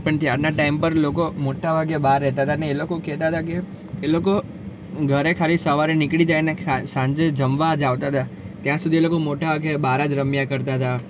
પણ ત્યારના ટાઈમ પર લોકો મોટા ભાગે બહાર રહેતા હતા ને એ લોકો કહેતા હતા કે એ લોકો ઘરે ખાલી સવારે નીકળી જાય ને ખા સાંજે જમવા જ આવતા હતા ત્યાં સુધી એ લોકો મોટા ભાગે બહાર જ રમ્યા કરતા હતા